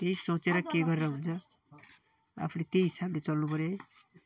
त्यही सोचेर के गरेर हुन्छ आफूले त्यही हिसाबले चल्नु पर्यो है